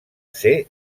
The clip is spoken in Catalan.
ser